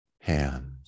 hands